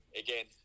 again